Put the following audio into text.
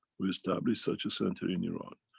we established such a center in iran.